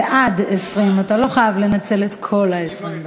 זה עד 20. אתה לא חייב לנצל את כל 20 הדקות.